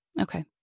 Okay